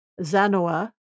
Zanoa